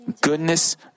goodness